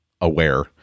aware